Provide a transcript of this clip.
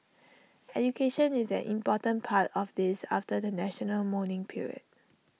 education is an important part of this after the national mourning period